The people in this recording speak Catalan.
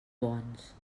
bons